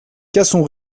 cassons